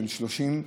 בן 30,